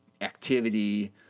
activity